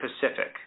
Pacific